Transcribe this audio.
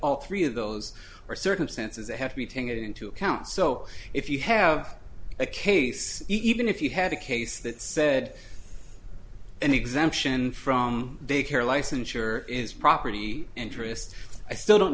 all three of those are circumstances that have to be taken into account so if you have a case even if you had a case that said an exemption from daycare licensure is property interest i still don't